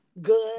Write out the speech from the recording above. Good